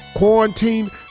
quarantine